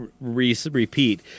repeat